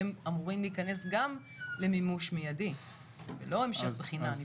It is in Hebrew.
הם אמורים להיכנס גם למימוש מיידי ולא המשך בחינה.